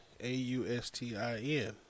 A-U-S-T-I-N